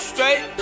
Straight